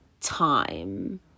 time